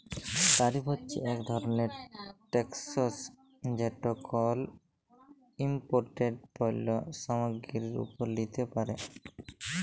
তারিফ হছে ইক ধরলের ট্যাকস যেট কল ইমপোর্টেড পল্য সামগ্গিরির উপর লিতে পারে